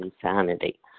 insanity